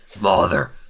Mother